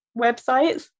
websites